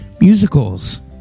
Musicals